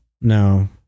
No